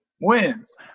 wins